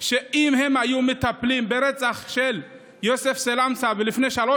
שאם הם היו מטפלים ברצח של יוסף סלמסה לפני שלוש